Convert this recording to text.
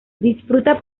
disfruta